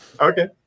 Okay